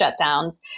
shutdowns